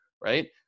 right